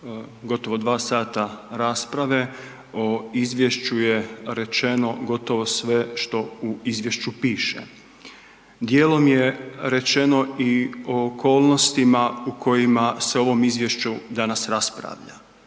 gotovo 2 sata rasprave o izvješću je rečeno gotovo sve što u izvješću piše. Dijelom je rečeno i o okolnostima u kojima se o ovom izvješću danas raspravlja.